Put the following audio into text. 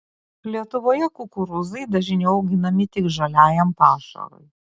lietuvoje kukurūzai dažniau auginami tik žaliajam pašarui